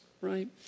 right